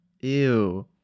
ew